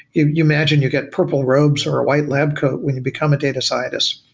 you you imagine you get purple robes or a white lab coat when you become a data scientist.